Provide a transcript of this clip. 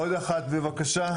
עוד אחת בבקשה.